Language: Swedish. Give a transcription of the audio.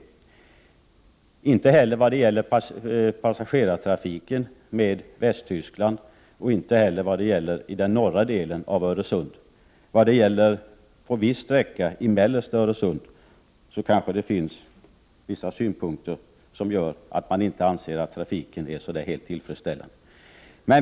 Det finns inte heller klagomål vad gäller bindelserala persontrafiken på Västtyskland och i fråga om norra delen av Öresund. Beträffande en viss sträcka i mellersta Öresund kanske det finns vissa synpunkter på att trafiken inte är helt tillfredsställande.